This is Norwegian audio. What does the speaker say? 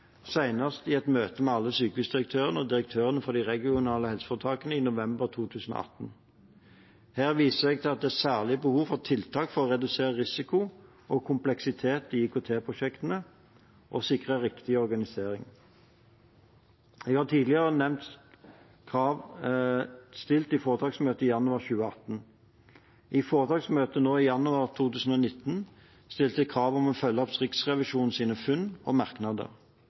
i et møte med alle sykehusdirektørene og direktørene for de regionale helseforetakene i november 2018. Her viste jeg til at det er særlig behov for tiltak for å redusere risiko og kompleksitet i IKT-prosjektene og å sikre riktig organisering. Jeg har tidligere nevnt krav stilt i foretaksmøtet i januar 2018. I foretaksmøtet nå i januar 2019 stilte jeg krav om å følge opp Riksrevisjonens funn og merknader.